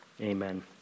amen